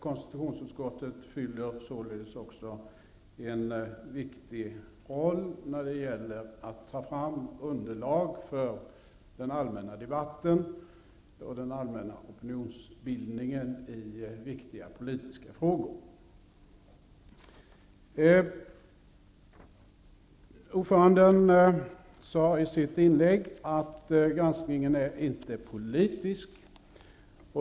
Konstitutionsutskottet fyller således också en viktig roll när det gäller att ta fram underlag för den allmänna debatten och den allmänna opinionsbildningen i viktiga politiska frågor. Ordföranden sade i sitt inlägg att granskningen inte är politisk.